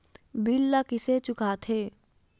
bill ला कइसे चुका थे